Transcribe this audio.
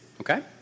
Okay